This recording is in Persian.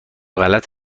غلط